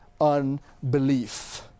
unbelief